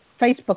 Facebook